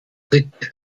tritt